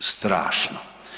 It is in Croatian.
Strašno.